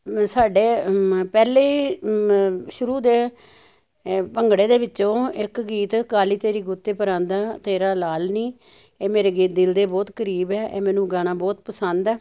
ਸਾਡੇ ਪਹਿਲੇ ਸ਼ੁਰੂ ਦੇ ਭੰਗੜੇ ਦੇ ਵਿੱਚੋਂ ਇੱਕ ਗੀਤ ਕਾਲੀ ਤੇਰੀ ਗੁੱਤ ਤੇ ਪਰਾਂਦਾ ਤੇਰਾ ਲਾਲ਼ ਨੀ ਇਹ ਮੇਰੇ ਗੀਤ ਦਿਲ ਦੇ ਬਹੁਤ ਕਰੀਬ ਹੈ ਇਹ ਮੈਨੂੰ ਗਾਣਾ ਬਹੁਤ ਪਸੰਦ ਹੈ